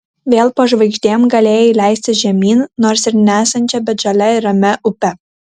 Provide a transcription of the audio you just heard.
vėl po žvaigždėm galėjai leistis žemyn nors ir nesančia bet žalia ir ramia upe